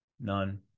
none